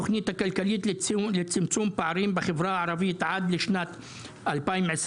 התוכנית הכלכלית לצמצום פערים בחברה הערבית עד לשנת 2026,